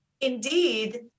indeed